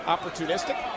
Opportunistic